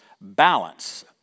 balance